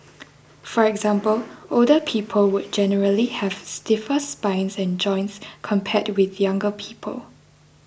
for example older people would generally have stiffer spines and joints compared with younger people